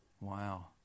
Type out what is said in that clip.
Wow